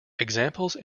examples